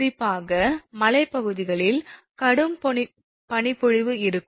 குறிப்பாக மலைப்பகுதிகளில் கடும் பனிப்பொழிவு இருக்கும்